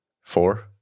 Four